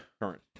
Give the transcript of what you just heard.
current